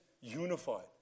unified